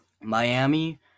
Miami